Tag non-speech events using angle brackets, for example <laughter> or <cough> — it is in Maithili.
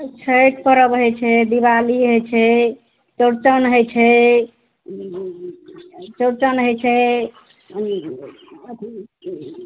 छठि परब हइ छै दिवाली हइ छै चौरचन हइछै चौरचन हइ छै <unintelligible>